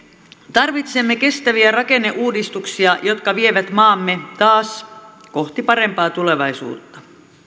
tarvitsemme kestäviä rakenneuudistuksia jotka vievät maamme taas kohti parempaa tulevaisuutta